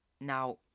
now